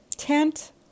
tent